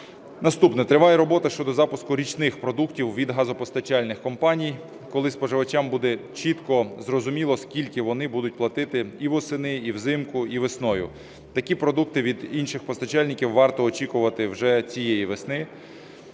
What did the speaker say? Наступне. Триває робота щодо запуску річних продуктів від газопостачальних компаній, коли споживачам буде чітко зрозуміло, скільки вони будуть платити і восени, і взимку, і весною. Такі продукти від інших постачальників варто очікувати вже цієї весни.